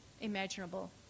imaginable